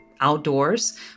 outdoors